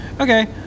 okay